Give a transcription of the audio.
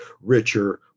richer